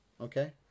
Okay